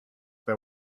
they